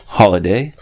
holiday